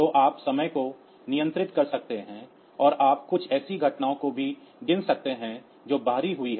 तो आप समय को नियंत्रित कर सकते हैं और आप कुछ ऐसी घटना को भी गिन सकते हैं जो बाहरी हुई है